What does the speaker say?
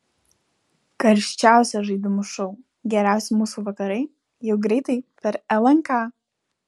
karščiausias žaidimų šou geriausi mūsų vakarai jau greitai per lnk